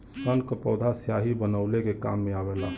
सन क पौधा स्याही बनवले के काम मे आवेला